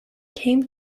came